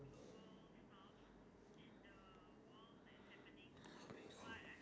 ya what useless subject ended up being useful to you later in life